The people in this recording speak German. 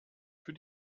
für